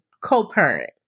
co-parent